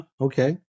okay